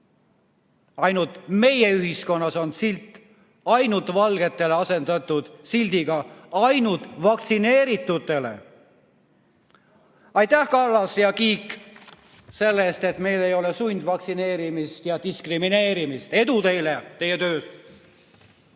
Meie ühiskonnas on silt "Ainult valgetele" asendatud sildiga "Ainult vaktsineeritutele". Aitäh, Kallas ja Kiik, selle eest, et meil ei ole sundvaktsineerimist ja diskrimineerimist! Edu teile teie töös!